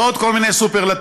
ועוד כל מיני סופרלטיבים.